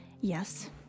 Yes